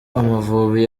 amavubi